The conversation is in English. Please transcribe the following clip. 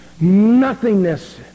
nothingness